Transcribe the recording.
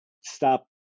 stop